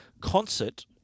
concert